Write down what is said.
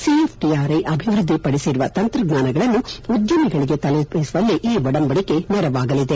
CFT R I ಅಭಿವೃದ್ಧಿಪಡಿಸಿದ ತಂತ್ರಜ್ಞಾನಗಳನ್ನು ಉದ್ಯಮಿಗಳಿಗೆ ತಲುಪಿಸುವಲ್ಲಿ ಈ ಒಡಂಬಡಿಕೆ ನೆರವಾಗಲಿದೆ